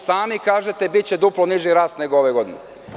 Sami kažete – biće duplo niži rast nego ove godine.